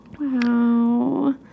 wow